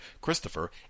Christopher